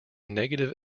negative